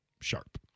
sharp